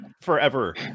forever